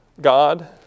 God